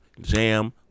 jam